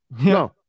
no